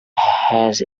has